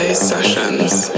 Sessions